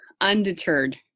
undeterred